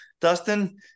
Dustin